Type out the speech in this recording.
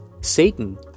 Satan